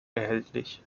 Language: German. erhältlich